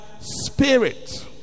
spirit